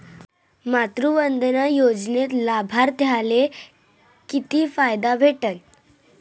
मातृवंदना योजनेत लाभार्थ्याले किती फायदा भेटन?